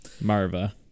Marva